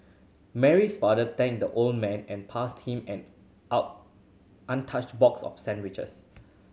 Mary's father thanked the old man and passed him an out untouched box of sandwiches